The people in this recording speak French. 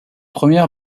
première